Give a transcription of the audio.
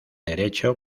derecho